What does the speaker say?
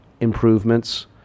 improvements